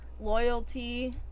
loyalty